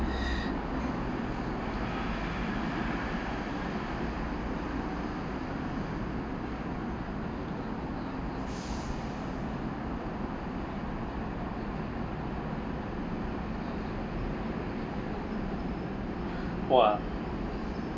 !wah!